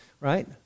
Right